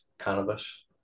cannabis